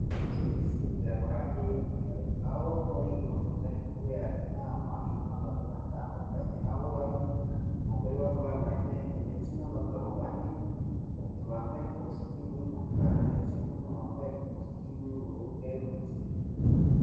Inzu isize amarange y'umweru aho muri iyo nzu hari kubera inama irimo abantu batandukanye harimo umugore wabaye amarinete ndetse n'abagabo bane batatu bambaye kositimu y'umukara ndetse n'umwe wambaye kositimu yerurutse.